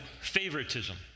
favoritism